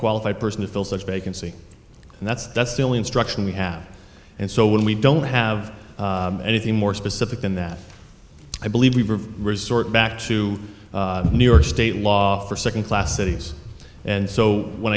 qualified person to fill such vacancy and that's that's still instruction we have and so when we don't have anything more specific than that i believe we resort back to new york state law for second class cities and so when